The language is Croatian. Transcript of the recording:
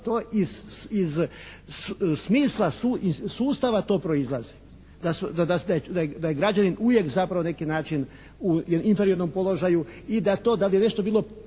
to iz smisla sustava to proizlazi. Da je građanin uvijek zapravo na neki način u inferiornom položaju i da to, da li je nešto bilo